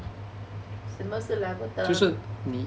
什么是 level term